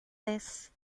this